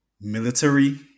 military